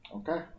okay